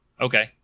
Okay